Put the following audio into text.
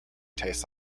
tastes